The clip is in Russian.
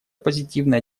позитивная